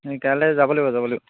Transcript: এই কাইলৈ যাব লাগিব যাব লাগিব